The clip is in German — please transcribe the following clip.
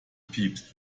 piept